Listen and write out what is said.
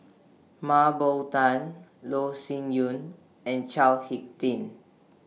Mah Bow Tan Loh Sin Yun and Chao Hick Tin